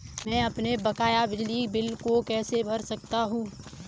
मैं अपने बकाया बिजली बिल को कैसे भर सकता हूँ?